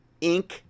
Inc